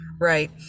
right